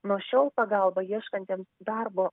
nuo šiol pagalba ieškantiems darbo